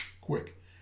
quick